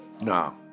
No